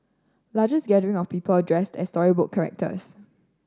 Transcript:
largest gathering of people dressed as storybook characters